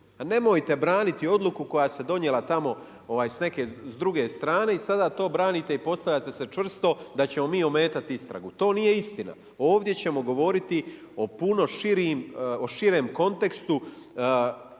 nemojte braniti odluku koja se donijela tamo s neke s druge strane i sada to branite i postavljate se čvrsto da ćemo mi ometati istragu. To nije istina. Ovdje ćemo govoriti o puno širem kontekstu, kako